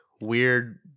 weird